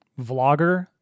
vlogger